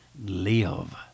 live